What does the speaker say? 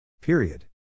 Period